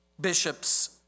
bishop's